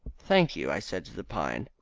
thank you, i said to the pine.